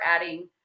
adding